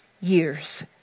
years